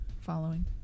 Following